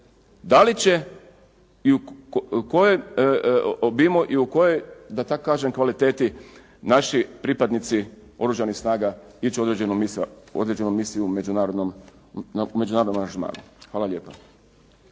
obimu i u kojoj, da tako kažem kvaliteti, naši pripadnici Oružanih snaga ići u određenu misiju u međunarodnom aranžmanu. Hvala lijepa.